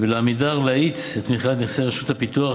ולעמידר להאיץ את מכירת נכסי רשות הפיתוח,